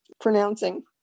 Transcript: pronouncing